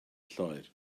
lloer